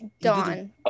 dawn